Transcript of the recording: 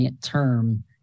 term